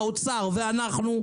האוצר ואנחנו,